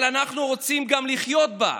אבל אנחנו רוצים גם לחיות בה",